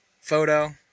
photo